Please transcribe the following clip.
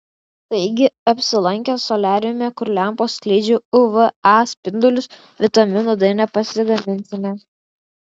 taigi apsilankę soliariume kur lempos skleidžia uv a spindulius vitamino d nepasigaminsime